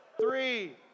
three